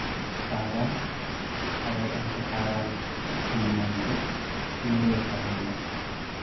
ᱯᱟᱭᱨᱟ ᱫᱟᱲᱮᱭᱟᱜ ᱟᱢ ᱥᱮ ᱯᱟᱭᱨᱟ ᱢᱮᱭᱟ ᱢᱮᱱᱛᱮ ᱱᱤᱨᱟᱹᱭ ᱛᱟᱦᱮᱱ ᱫᱚ